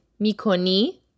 mikoni